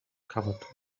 covered